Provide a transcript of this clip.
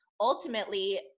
ultimately